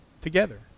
together